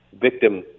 victim